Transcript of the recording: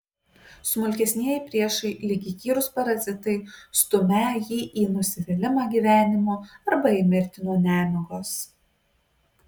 smulkesnieji priešai lyg įkyrūs parazitai stumią jį į nusivylimą gyvenimu arba į mirtį nuo nemigos